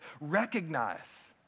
recognize